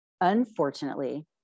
unfortunately